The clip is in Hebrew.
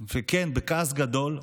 וכן, בכעס גדול,